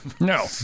No